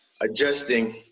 adjusting